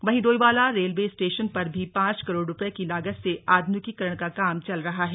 वहीं Doiwala railway station पर भी पांच करोड़ रूपये की लागत से आधुनिकीकरण का काम चल रहा है